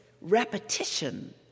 repetition